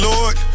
Lord